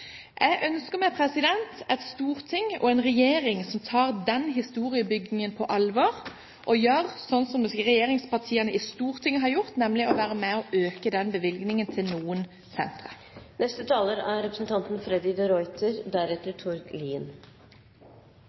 Jeg ønsker meg et storting og en regjering som tar den historiebyggingen på alvor og gjør det regjeringspartiene på Stortinget har gjort – nemlig å være med og øke bevilgningen til noen sentre. Jeg vil aller først si at jeg deler representanten Eriksens engasjement for fredssentrene – de